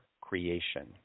creation